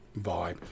vibe